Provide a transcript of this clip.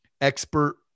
expert